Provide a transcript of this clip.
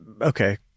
okay